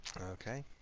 Okay